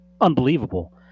unbelievable